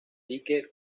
dique